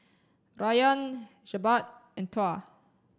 Rayyan Jebat and Tuah